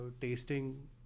tasting